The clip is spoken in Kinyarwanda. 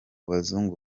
bazungu